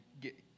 get